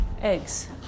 eggs